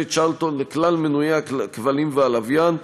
"צ'רלטון" לכלל מנויי הכבלים והלוויין,